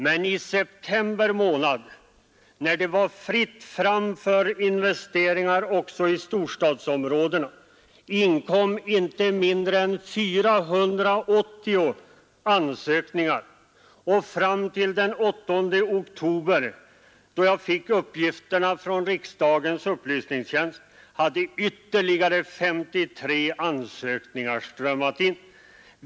Men i september, när det var fritt fram att använda dessa medel för investeringar också i storstadsområdena, inkom inte mindre än 480 ansökningar, och fram till den 8 oktober, då jag fick uppgifterna från riksdagens upplysningstjänst, hade ytterligare 53 ansökningar strömmat in.